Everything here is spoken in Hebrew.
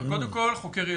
קודם כל, חוקר ילדים.